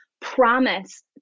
promise